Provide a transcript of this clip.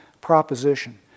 proposition